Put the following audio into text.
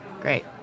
Great